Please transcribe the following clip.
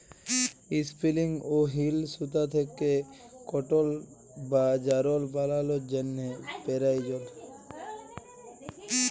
ইসপিলিং wheel সুতা থ্যাকে কটল বা যারল বালালোর জ্যনহে পেরায়জল